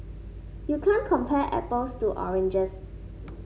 you can't compare apples to oranges